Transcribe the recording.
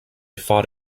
fought